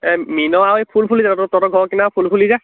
এই মিন আৰু এই ফুলফুলি যে তহঁতৰ ঘৰৰ কিনাৰৰ ফুলফুলি যে